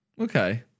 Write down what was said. Okay